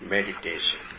Meditation